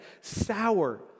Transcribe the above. sour